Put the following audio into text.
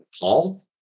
Paul